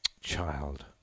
Child